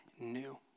new